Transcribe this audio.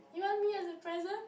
you want me as a present